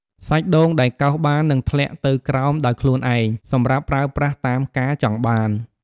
សាច់ដូងដែលកោសបាននឹងធ្លាក់ទៅក្រោមដោយខ្លួនឯង សម្រាប់ប្រើប្រាស់តាមការចង់បាន។